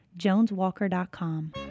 JonesWalker.com